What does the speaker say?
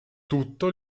tutto